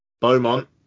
Beaumont